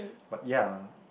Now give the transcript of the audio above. but ya